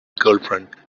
girlfriend